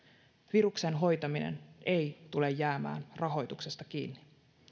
viruksen hoitaminen ei tule jäämään rahoituksesta kiinni